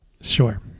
Sure